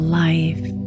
life